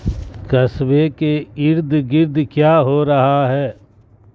قصبے کے ارد گرد کیا ہو رہا ہے